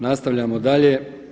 Nastavljamo dalje.